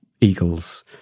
eagles